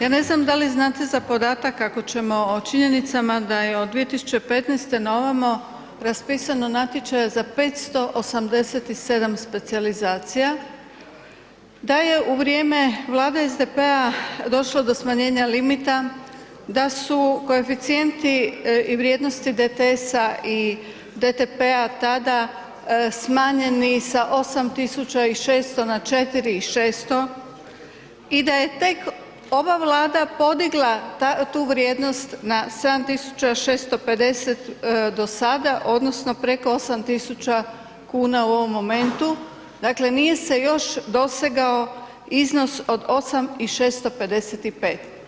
Ja ne znam da li znate za podatak ako ćemo o činjenicama da je od 2015. na ovamo raspisano natječaja za 587 specijalizacija, da je vrijeme vlade SDP-a došlo do smanjenja limita, da su koeficijenti i vrijednosti DTS-a i DTP-a tada smanjeni sa 8.600 na 4.600 i da je tek ova Vlada podigla tu vrijednost na 7.650 do sada odnosno preko 8.000 kuna u ovom momentu, dakle nije se još dosegao iznos od 8.655.